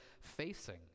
facing